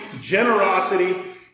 generosity